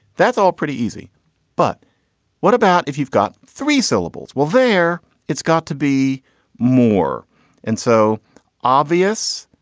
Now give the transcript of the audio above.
that's all pretty easy but what about if you've got three syllables? well, there it's got to be more and so obvious.